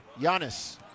Giannis